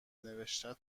نوشتنو